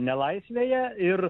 nelaisvėje ir